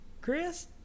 Chris